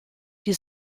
die